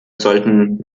sollten